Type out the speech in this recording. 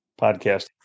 podcast